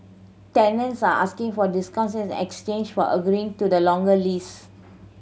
tenants are asking for discounts in exchange for agreeing to the longer lease